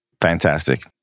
Fantastic